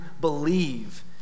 believe